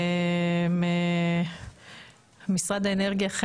משרד האנרגיה,